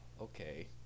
Okay